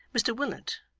mr willet,